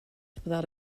without